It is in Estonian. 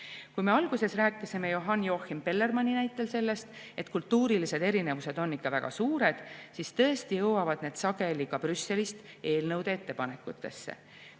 Kui me alguses rääkisime Johann Joachim Bellermanni näitel sellest, et kultuurilised erinevused on ikka väga suured, siis tõesti jõuavad need sageli ka Brüsselist eelnõude ettepanekutesse.